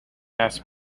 asks